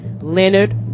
Leonard